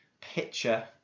picture